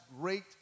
great